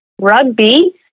rugby